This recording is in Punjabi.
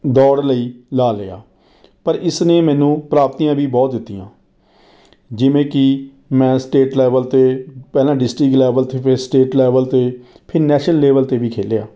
ਦੌੜ ਲਈ ਲਾ ਲਿਆ ਪਰ ਇਸਨੇ ਮੈਨੂੰ ਪ੍ਰਾਪਤੀਆਂ ਵੀ ਬਹੁਤ ਦਿੱਤੀਆਂ ਜਿਵੇਂ ਕਿ ਮੈਂ ਸਟੇਟ ਲੈਵਲ 'ਤੇ ਪਹਿਲਾਂ ਡਿਸਟਿਕ ਲੈਵਲ 'ਤੇ ਫੇਰ ਸਟੇਟ ਲੈਵਲ 'ਤੇ ਫੇਰ ਨੈਸ਼ਨਲ ਲੇਵਲ 'ਤੇ ਵੀ ਖੇਡਿਆ